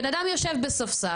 בן אדם יושב על ספסל,